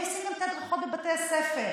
הם עושים גם את ההדרכות בבתי הספר,